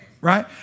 Right